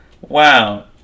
Wow